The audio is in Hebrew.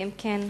אם כן,